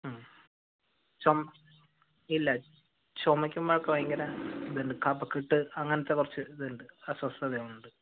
ചുമ ഇല്ല ചുമയ്ക്കുമ്പോഴൊക്കെ ഭയങ്കര ഇതുണ്ട് കഫക്കെട്ട് അങ്ങനത്തെ കുറച്ച് ഇതുണ്ട് അസ്വസ്ഥത ഉണ്ട്